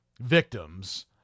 victims